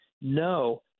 No